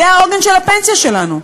זה העוגן של הפנסיה שלנו.